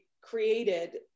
created